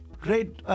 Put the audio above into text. great